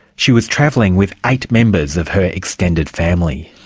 she was travelling with eight members of her extended family.